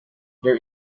there